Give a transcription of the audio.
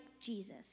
Jesus